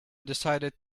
decided